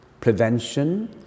prevention